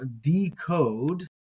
decode